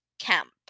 camp